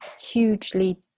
hugely